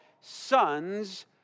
sons